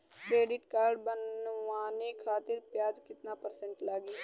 Credit card बनवाने खातिर ब्याज कितना परसेंट लगी?